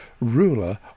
ruler